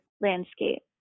landscape